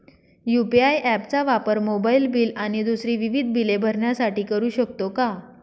UPI app चा वापर mobile bill आणि दुसरी विविध बिले भरण्यासाठी करू शकतो का?